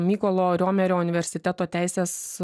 mykolo romerio universiteto teisės